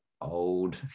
old